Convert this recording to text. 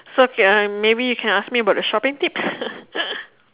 so okay I maybe you can ask me about the shopping tips